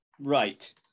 Right